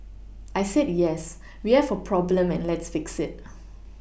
I said yes we have a problem and let's fix it